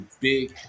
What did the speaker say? big